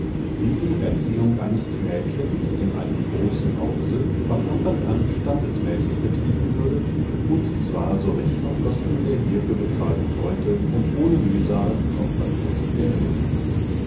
wie die erziehung eines knäbchens in einem großen hause von anfang an standesmäßig betrieben würde und zwar so recht auf kosten der hiefür bezahlten leute und ohne mühsal noch verdruß der eltern